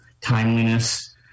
timeliness